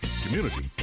community